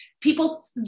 people